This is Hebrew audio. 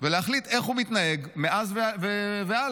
ולהחליט איך הוא מתנהג מאז והלאה.